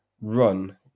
run